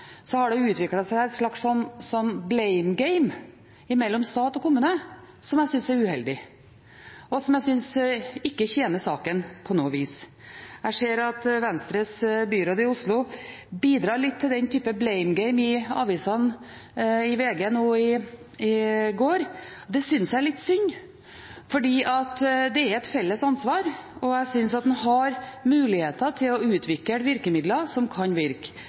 har det utviklet seg et slags «blame game» mellom stat og kommune som jeg synes er uheldig, og som jeg ikke synes tjener saken på noe vis. Jeg ser at Venstres miljø- og samferdselsbyråd i Oslo bidro litt til den typen «blame game» på VG Nett nå i går. Det synes jeg er litt synd, for dette er et felles ansvar, og jeg mener at man har muligheter til å utvikle virkemidler som kan virke.